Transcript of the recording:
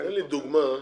תן לי דוגמה למספרים.